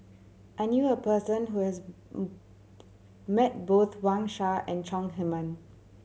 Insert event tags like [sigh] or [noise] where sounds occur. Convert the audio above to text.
I knew a person who has [noise] met both Wang Sha and Chong Heman